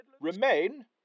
remain